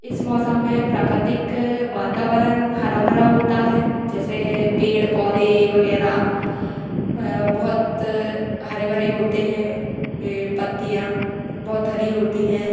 इस मौसम में प्राकृतिक वातावरण हरा भरा होता है जैसे पेड़ पौधे वगैरह बहुत हरे भरे होते हैं पेड़ पत्तियाँ बहुत हरी होती हैं